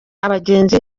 abagenzi